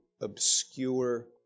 obscure